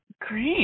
Great